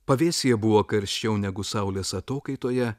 pavėsyje buvo karščiau negu saulės atokaitoje